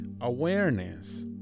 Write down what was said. awareness